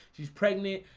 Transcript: she's pregnant,